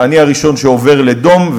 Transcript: אני הראשון שעובר לדום,